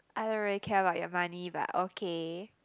I don't really care about your money but okay